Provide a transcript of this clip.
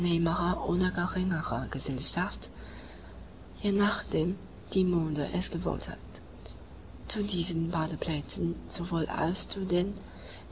oder geringere gesellschaft je nachdem die mode es gewollt hat zu diesen badeplätzen sowohl als zu den